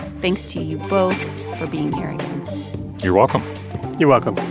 thanks to you both for being here you're welcome you're welcome